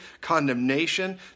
condemnation